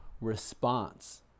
response